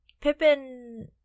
pippin